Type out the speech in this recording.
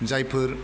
जायफोर